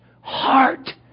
heart